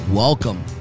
Welcome